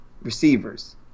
receivers